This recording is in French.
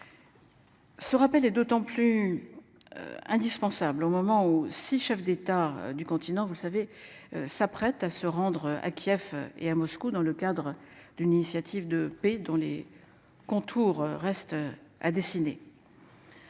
Ce rappel est d'autant plus. Indispensable au moment où 6 chefs d'état du continent, vous le savez s'apprête à se rendre à Kiev et à Moscou dans le cadre d'une initiative de paix dont les contours restent à dessiner.